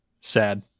Sad